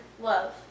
love